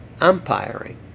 umpiring